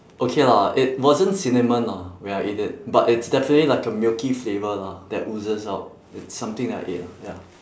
okay lah it wasn't cinnamon lah when I ate it but it's definitely like a milky flavour lah that oozes out it's something that I ate lah ya